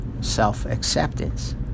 self-acceptance